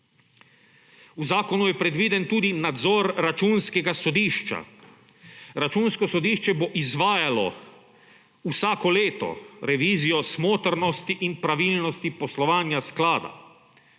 V zakonu je predviden tudi nadzor Računskega sodišča. Računsko sodišče bo izvajalo, vsako leto, revizijo smotrnosti in pravilnosti poslovanja sklada.